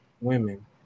women